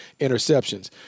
interceptions